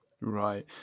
right